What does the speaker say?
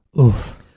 Oof